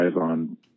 on